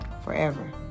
forever